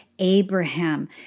Abraham